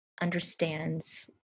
understands